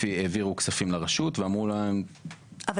העבירו כספים לרשות ואמרו להם --- אבל